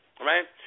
right